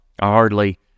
hardly